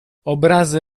obrazy